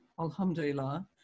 alhamdulillah